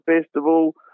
Festival